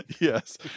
yes